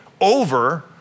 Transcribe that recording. over